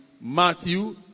Matthew